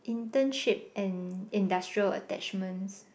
internship and industrial attachments